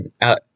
out